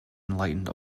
enlightened